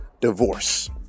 divorce